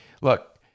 look